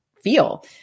feel